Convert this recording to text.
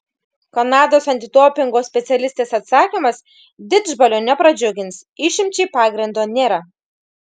kanados antidopingo specialistės atsakymas didžbalio nepradžiugins išimčiai pagrindo nėra